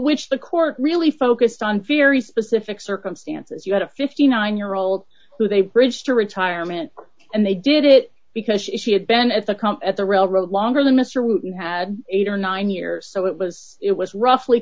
which the court really focused on very specific circumstances you had a fifty nine year old who's a bridge to retirement and they did it because she had been at the company the railroad longer than mr wooten had eight or nine years so it was it was roughly